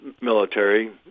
military